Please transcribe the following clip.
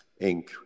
Inc